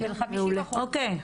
אוקיי.